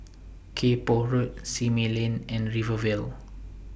Kay Poh Road Simei Lane and Rivervale